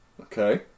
Okay